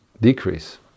decrease